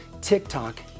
TikTok